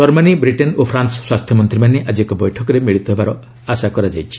Germany Britain ଓ France ସ୍ୱାସ୍ଥ୍ୟମନ୍ତ୍ରୀମାନେ ଆଜି ଏକ ବୈଠକରେ ମିଳିତ ହେବାର ଆଶା କରାଯାଉଛି